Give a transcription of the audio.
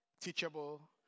teachable